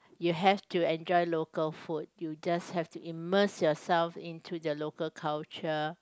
you have to enjoy local food you just have to immerse yourself into the local culture